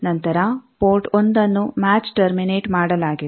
ನಂತರ ಪೋರ್ಟ್ 1ಅನ್ನು match terminate ಮಾಡಲಾಗಿದೆ